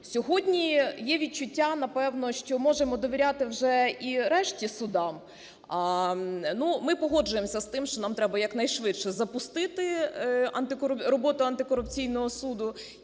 Сьогодні є відчуття напевно, що можемо довіряти вже і решті судам. Ну, ми погоджуємося з тим, що нам треба якнайшвидше запустити роботу Антикорупційного суду